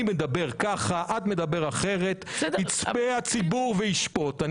אני מדבר ככה, את מדברת אחרת, יצפה הציבור וישפוט.